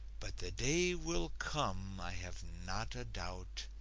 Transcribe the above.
but the day will come, i have not a doubt,